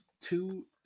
two